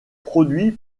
produit